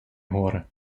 горе